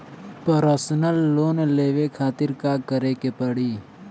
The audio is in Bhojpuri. परसनल लोन लेवे खातिर का करे के पड़ी?